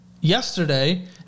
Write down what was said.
yesterday